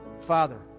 Father